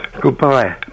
Goodbye